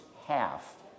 half